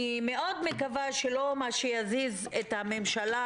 אני מאוד מקווה שלא מה שיזיז את הממשלה,